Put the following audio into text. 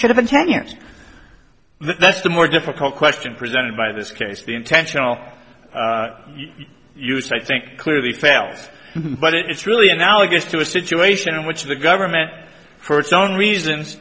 should've been ten years that's the more difficult question presented by this case the intentional use i think clearly fails but it's really analogous to a situation in which the government for its own reasons